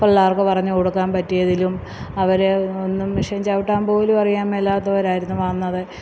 പിള്ളേർക്ക് പറഞ്ഞ് കൊടുക്കാൻ പറ്റിയതിലും അവരെ ഒന്നും മെഷീന് ചവിട്ടാൻ പോലും അറിയാന് മേലാത്തവരായിരുന്നു വന്നത്